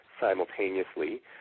simultaneously